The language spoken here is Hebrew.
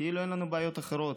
כאילו אין לנו בעיות אחרות,